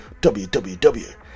WWW